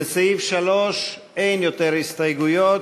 לסעיף 3 אין עוד הסתייגויות.